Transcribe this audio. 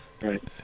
Right